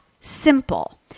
simple